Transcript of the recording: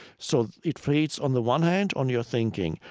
so it feeds on the one hand on your thinking.